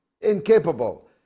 incapable